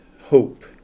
hope